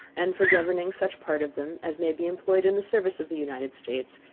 and for governing such part of them as may be employed in the service of the united states,